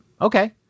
Okay